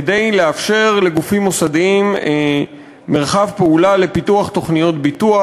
כדי לאפשר לגופים מוסדיים מרחב פעולה לפיתוח תוכניות ביטוח